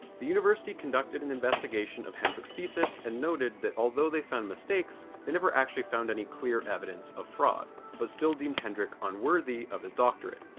the university conducted an investigation of hendrik's thesis and noted that although they found mistakes they never actually found any clear evidence of fraud but still deemed hendrik unworthy of his doctorate.